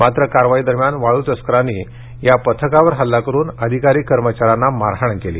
मात्र कारवाई दरम्यान वाळू तस्करांनी या पथकावर हल्ला करून अधिकारी कर्मचाऱ्यांना मारहाण केली